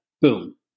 boom